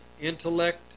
intellect